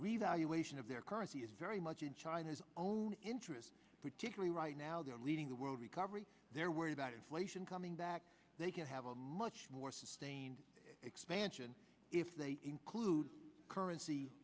revaluation of their currency is very much in china's own interest particularly right now they are leading the world recovery they're worried about inflation coming back they can have a much more sustained expansion if they include currency